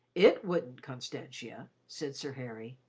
it wouldn't, constantia, said sir harry.